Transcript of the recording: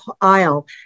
aisle